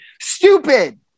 stupid